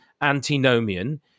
antinomian